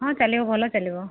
ହଁ ଚାଲିବ ଭଲ ଚାଲିବ